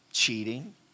Cheating